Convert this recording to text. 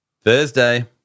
Thursday